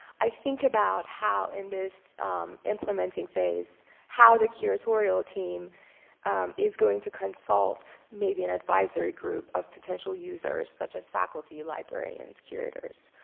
i think about how in this implementing phase how the curatorial team is going to consult maybe an advisory group of potential users such as faculty, librarians, curators.